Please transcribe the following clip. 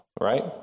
right